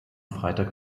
freitag